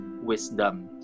wisdom